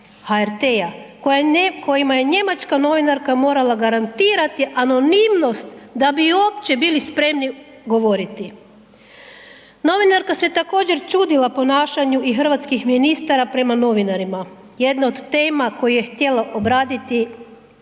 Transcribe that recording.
HRT-a kojima je njemačka novinarka morala garantirati anonimnost da bi uopće bili spremni govoriti. Novinarka se također čudila ponašanju i hrvatskih ministara prema novinarima, jedna od tema koju je htjela obraditi je